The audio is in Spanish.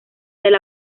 del